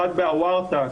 אחד באוורתע,